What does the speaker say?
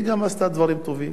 היא גם עשתה דברים טובים.